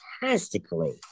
fantastically